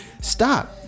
stop